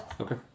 Okay